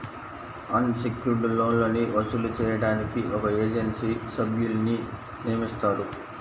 అన్ secured లోన్లని వసూలు చేయడానికి ఒక ఏజెన్సీ సభ్యున్ని నియమిస్తారు